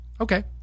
Okay